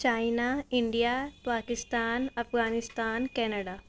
China India Pakistan Afghanistan Canada